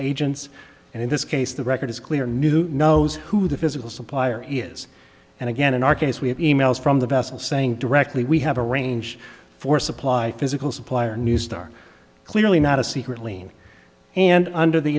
agents and in this case the record is clear knew knows who the physical supplier is and again in our case we have emails from the vessel saying directly we have a range for supply physical supplier neustar clearly not a secret lien and under the